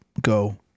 go